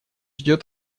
идет